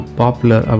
popular